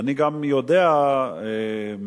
אני גם יודע מאצלנו,